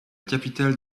capitale